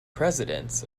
presidents